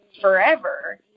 forever